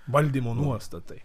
valdymo nuostatai